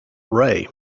ray